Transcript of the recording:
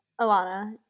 alana